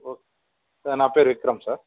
okay sir నా పేరు Vikram sir